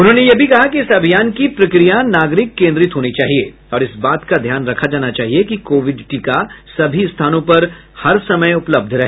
उन्होंने यह भी कहा कि इस अभियान की प्रक्रिया नागरिक केंद्रित होनी चाहिए और इस बात का ध्यान रखा जाना चाहिए कि कोविड टीका सभी स्थानों पर हर समय उपलब्ध रहे